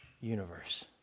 universe